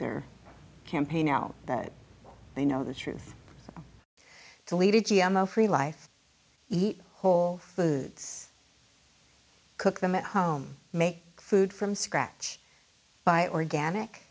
their campaign out that they know the truth to lead it g m o free life eat whole foods cook them at home make food from scratch buy organic